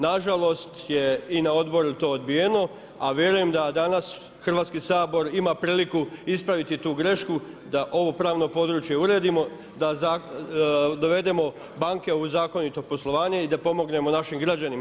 Nažalost je to i na odboru to odbijeno, a vjerujem da i danas Hrvatski sabor ima priliku ispraviti tu grešku da ovo pravno područje uredimo, da dovedemo banke u zakonito poslovanje i da pomognemo našim građanima.